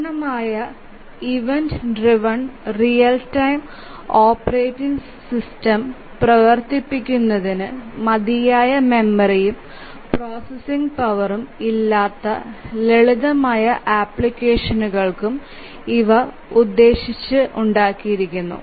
പൂർണ്ണമായ event driven real time operating system പ്രവർത്തിപ്പിക്കുന്നതിന് മതിയായ മെമ്മറിയും പ്രോസസ്സിംഗ് പവറും ഇല്ലാത്ത ലളിതമായ ആപ്ലിക്കേഷനുകൾക്കും ഇവ ഉദ്ദേശിച്ചുള്ളതാണ്